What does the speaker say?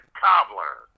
cobbler